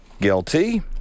guilty